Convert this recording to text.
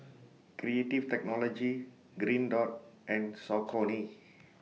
Creative Technology Green Dot and Saucony